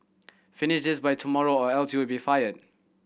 finish this by tomorrow or else you'll be fired